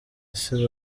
ese